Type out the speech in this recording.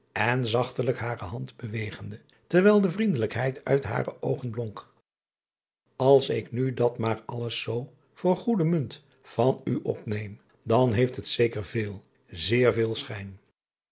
en zachtelijk hare hand bewegende terwijl de vriendelijkheid uit hare oogen blonk ls ik nu dat maar alles zoo voor goede munt van u opneem dan heeft het zeker veel zeer veel schijn